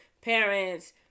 parents